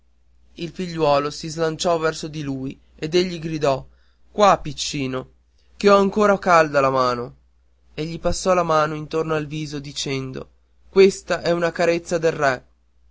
il figliuolo si slanciò verso di lui ed egli gridò qua piccino che ho ancora calda la mano e gli passò la mano intorno al viso dicendo questa è una carezza del re